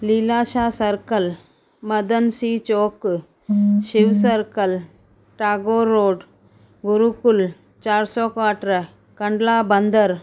Lilashah circle Madan सी Chowk Shiv circle Tagore road Gurukul चारि सौ क्वार्टरा कंडला बंदर